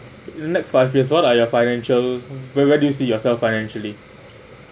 the next five years what are your financial where where do you see yourself financially